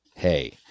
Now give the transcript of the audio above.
hey